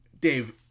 Dave